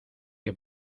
que